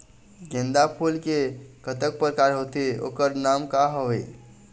गेंदा फूल के कतेक प्रकार होथे ओकर नाम का हवे?